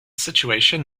situation